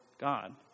God